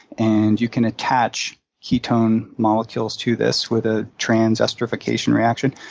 and you can attach ketone molecules to this with a transesterification reaction.